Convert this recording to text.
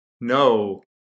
No